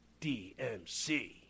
DMC